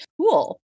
Cool